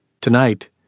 Tonight